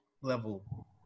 level